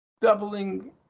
doubling